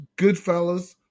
Goodfellas